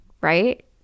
right